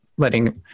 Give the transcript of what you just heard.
letting